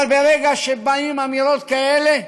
אבל ברגע שבאות אמירות כאלה,